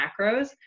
macros